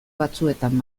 batzuetan